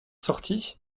sortit